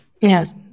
Yes